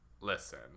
listen